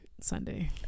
Sunday